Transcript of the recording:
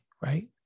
right